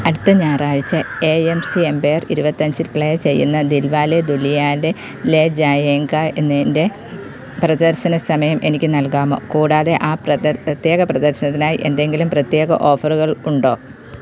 അടുത്ത ഞായറാഴ്ച A M C Empire ഇരുപത്തഞ്ചിൽ പ്ലേ ചെയ്യുന്ന ദിൽവാലെ ദുൽഹനിയ ലേ ജായേംഗെ എന്നതിൻ്റെ പ്രദർശന സമയം എനിക്ക് നൽകാമോ കൂടാതെ ആ പ്ര പ്രത്യേക പ്രദർശനത്തിനായി എന്തെങ്കിലും പ്രത്യേക ഓഫറുകൾ ഉണ്ടോ